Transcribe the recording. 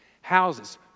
houses